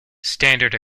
standard